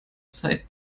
zeit